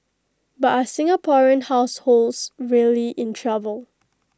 but are Singaporean households really in trouble